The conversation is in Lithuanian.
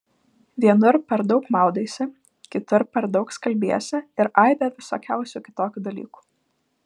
vienur per daug maudaisi kitur per daug skalbiesi ir aibę visokiausių kitokių dalykų